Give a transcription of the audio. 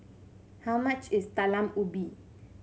how much is Talam Ubi